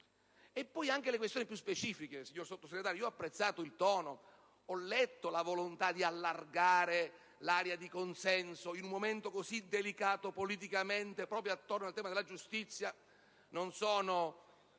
anche per le questioni più specifiche, signor Sottosegretario, ho apprezzato il tono, ho letto la volontà di allargare l'area di consenso in un momento così delicato politicamente proprio attorno al tema della giustizia. In tal